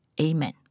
Amen